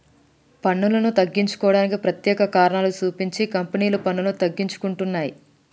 పన్నులను తగ్గించుకోవడానికి ప్రత్యేక కారణాలు సూపించి కంపెనీలు పన్నులను తగ్గించుకుంటున్నయ్